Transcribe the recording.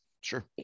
sure